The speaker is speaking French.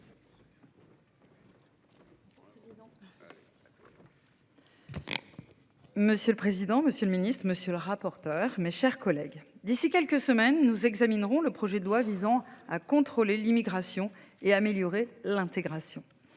Monsieur le président, monsieur le ministre, monsieur le rapporteur. Mes chers collègues d'ici quelques semaines, nous examinerons le projet de loi visant à contrôler l'immigration et améliorer l'intégration,